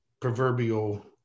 proverbial